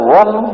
one